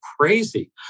crazy